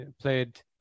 played